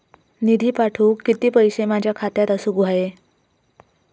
निधी पाठवुक किती पैशे माझ्या खात्यात असुक व्हाये?